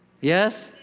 Yes